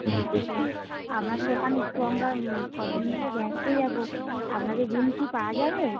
হ্যাঁ বলছি আপনাদের ওখানে একটু আমরা কজন মিলে বেড়াতে যাবো আপনাদের রুম কি পাওয়া যাবে